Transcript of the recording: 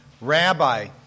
Rabbi